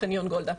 "חניון גולדה",